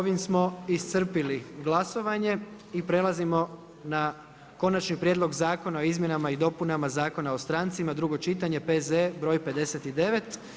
Ovim smo iscrpili glasovanje i prelazimo na: - Konačni prijedlog Zakona o izmjenama i dopunama Zakona o strancima, drugo čitanje, P.Z. broj 59.